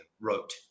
wrote